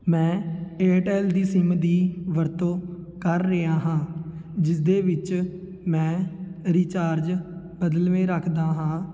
ਮੈਂ ਏਅਰਟੈਲ ਦੀ ਸਿੰਮ ਦੀ ਵਰਤੋਂ ਕਰ ਰਿਹਾ ਹਾਂ ਜਿਸਦੇ ਵਿੱਚ ਮੈਂ ਰਿਚਾਰਜ ਬਦਲਵੇਂ ਰੱਖਦਾ ਹਾਂ